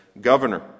Governor